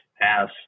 pass